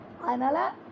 Anala